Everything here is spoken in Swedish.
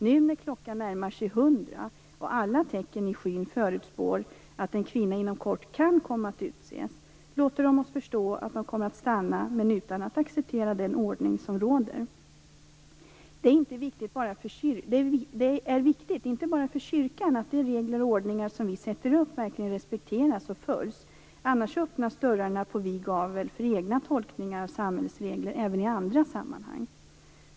När nu klockan närmar sig hundra och alla tecken i skyn förutspår att en kvinna inom kort kan komma att utses låter de oss förstå att de kommer att stanna men utan att acceptera den ordning som råder. Det är viktigt, inte bara för kyrkan att de regler och ordningar som vi sätter upp verkligen respekteras och följs. Annars öppnas dörrarna på vid gavel för egna tolkningar av samhällets regler även i andra sammanhang.